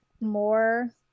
more